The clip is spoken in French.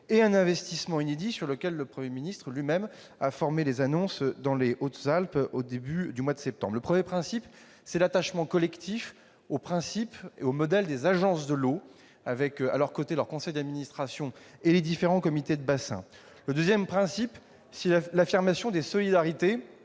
et un investissement inédit, sur lequel le Premier ministre lui-même a présenté des annonces dans les Hautes-Alpes, au début de ce mois. Le premier principe, c'est l'attachement collectif au principe et au modèle des agences de l'eau, avec à leur côté leur conseil d'administration et les différents comités de bassin. Le deuxième principe, c'est l'affirmation des solidarités